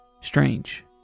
Strange